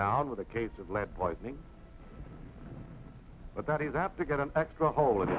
down with a case of lead poisoning but that he that to get an extra hol